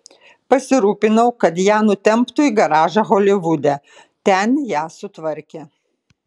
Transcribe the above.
pasirūpinau kad ją nutemptų į garažą holivude ten ją sutvarkė